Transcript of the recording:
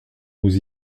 nous